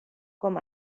com